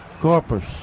corpus